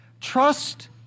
Trust